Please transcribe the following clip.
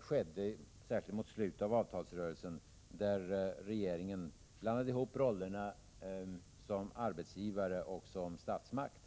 skedde, särskilt mot slutet av avtalsrörelsen, där regeringen blandade ihop rollen som arbetsgivare och rollen som statsmakt.